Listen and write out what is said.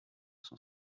son